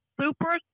super